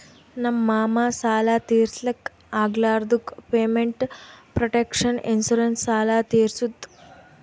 ನಮ್ ಮಾಮಾ ಸಾಲ ತಿರ್ಸ್ಲಕ್ ಆಗ್ಲಾರ್ದುಕ್ ಪೇಮೆಂಟ್ ಪ್ರೊಟೆಕ್ಷನ್ ಇನ್ಸೂರೆನ್ಸ್ ಸಾಲ ತಿರ್ಸುತ್